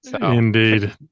Indeed